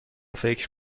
فکر